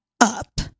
up